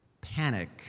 panic